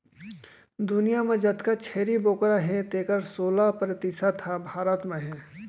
दुनियां म जतका छेरी बोकरा हें तेकर सोला परतिसत ह भारत म हे